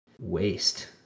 waste